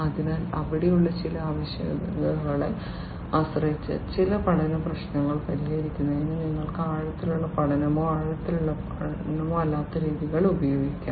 അതിനാൽ അവിടെയുള്ള ചില ആവശ്യകതകളെ ആശ്രയിച്ച് ചില പഠന പ്രശ്നങ്ങൾ പരിഹരിക്കുന്നതിന് നിങ്ങൾക്ക് ആഴത്തിലുള്ള പഠനമോ ആഴത്തിലുള്ള പഠനമോ അല്ലാത്ത രീതികൾ ഉപയോഗിക്കാം